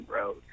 road